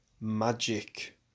magic